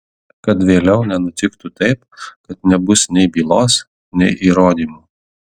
kad vėliau nenutiktų taip kad nebus nei bylos nei įrodymų